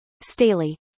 Staley